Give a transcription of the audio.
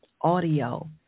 audio